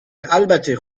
البته